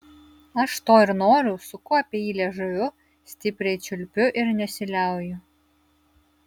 aš to ir noriu suku apie jį liežuviu stipriai čiulpiu ir nesiliauju